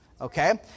okay